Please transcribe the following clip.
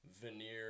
veneer